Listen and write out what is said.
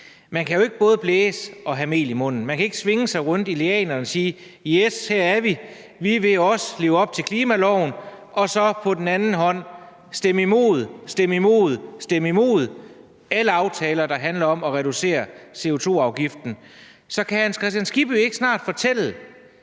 Man kan jo ikke både blæse og have mel i munden. Man kan ikke svinge sig rundt i lianerne og sige: Yes, her er vi. Vi vil også leve op til klimaloven og så med den anden hånd stemme imod, stemme imod, stemme imod alle aftaler, der handler om at reducere CO2-afgiften. Så kan hr. Hans Kristian Skibby ikke snart fortælle,